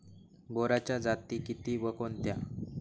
बोराच्या जाती किती व कोणत्या?